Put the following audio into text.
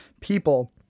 people